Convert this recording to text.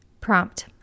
Prompt